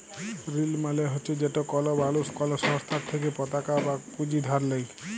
ঋল মালে হছে যেট কল মালুস কল সংস্থার থ্যাইকে পতাকা বা পুঁজি ধার লেই